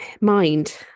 mind